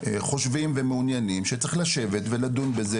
אנחנו חושבים ומעוניינים שצריך לשבת ולדון בזה,